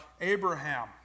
Abraham